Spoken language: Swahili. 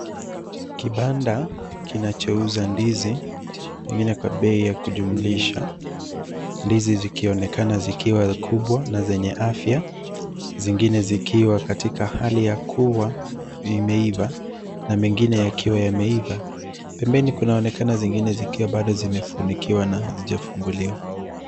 Kibanda kinachouza ndizi pengine kwa bei ya kujumlisha ndizi zikionekana zikiwa kubwa na zenye afya na zingine zikiwa katika hali ya kuwa imeiva na mengine yakiwa yameiva. Pembeni kunaonekana zingine bado zikiwa zimefunikiwa na hazijafunguliwa.